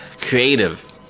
creative